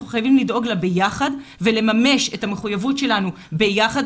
אנחנו חייבים לדאוג לה ביחד ולממש את המחויבות שלנו ביחד,